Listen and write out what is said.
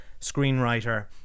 screenwriter